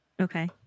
Okay